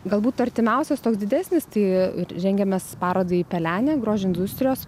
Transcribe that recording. galbūt artimiausias toks didesnis tai rengiamės parodai pelenė grožio industrijos